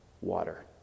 water